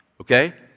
Okay